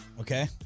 Okay